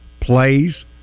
plays